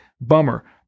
Bummer